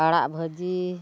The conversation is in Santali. ᱟᱲᱟᱜ ᱵᱷᱟᱹᱡᱤ